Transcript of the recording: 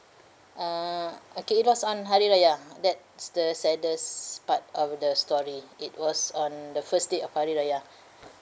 uh okay it was on hari raya that's the saddest part of the story it was on the first day of hari raya